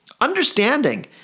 Understanding